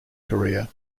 career